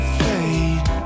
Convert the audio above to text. fade